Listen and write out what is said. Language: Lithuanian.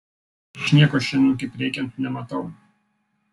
bet aš nieko šiandien kaip reikiant nematau